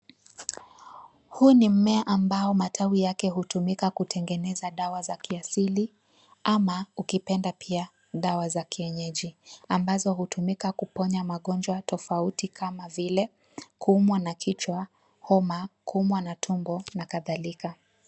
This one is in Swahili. Huyu ni mmea ambao matawi yake hutumika kutengeneza dawa za kiasili ama ukipenda pia dawa za kienyeji ambazo hutumika kuponya magonjwa tofauti kama vile kuumwa na kichwa , homa, kuumwa na tumbo na kadhalika.